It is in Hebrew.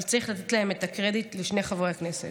אבל צריך לתת את הקרדיט לשני חברי הכנסת.